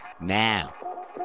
now